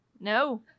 No